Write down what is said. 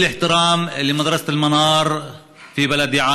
(אומר בערבית: כל הכבוד לבית ספר אל-מנאר ביישוב שלי,